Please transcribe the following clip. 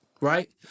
right